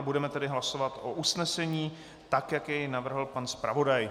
Budeme tedy hlasovat o usnesení, jak jej navrhl pan zpravodaj.